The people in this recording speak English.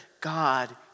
God